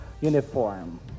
uniform